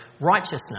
righteousness